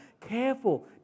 careful